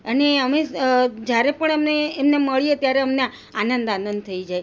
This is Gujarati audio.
અને અમે જ્યારે પણ એમને મળીએ ત્યારે અમને આનંદ આનંદ થઈ જાય